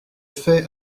fais